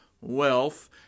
wealth